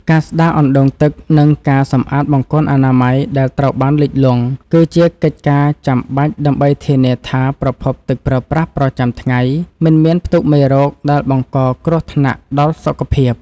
ការស្ដារអណ្ដូងទឹក និងការសម្អាតបង្គន់អនាម័យដែលត្រូវបានលិចលង់ គឺជាកិច្ចការចាំបាច់ដើម្បីធានាថាប្រភពទឹកប្រើប្រាស់ប្រចាំថ្ងៃមិនមានផ្ទុកមេរោគដែលបង្កគ្រោះថ្នាក់ដល់សុខភាព។